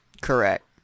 Correct